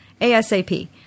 ASAP